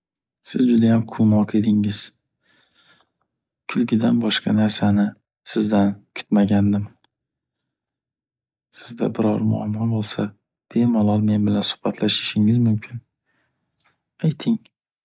Siz judayam quvnoq edingiz. Kulgudan boshqa narsani sizdan kutmagandim. Sizda biror muammo bo’lsa, bemalol men bilan suhbatlashishingiz mumkin. Ayting!